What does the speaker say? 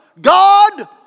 God